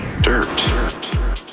Dirt